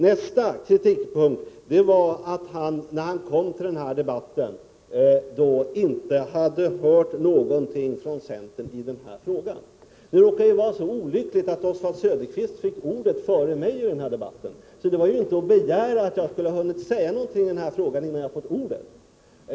Nästa kritikpunkt var att Oswald Söderqvist, när han kom till denna debatt, sade sig inte ha hört något från centern i den här frågan. Nu råkade det vara så olyckligt att Oswald Söderqvist fick ordet före mig i debatten. Därför kunde det ju inte vara att begära att jag skulle ha sagt något i den här frågan innan jag fick ordet.